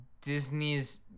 Disney's